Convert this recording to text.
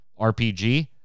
rpg